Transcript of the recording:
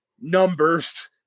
numbers